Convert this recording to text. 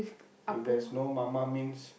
if there's no mama means